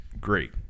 great